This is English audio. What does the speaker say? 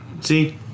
see